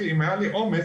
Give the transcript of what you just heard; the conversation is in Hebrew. אם היה לי אומץ,